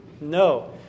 No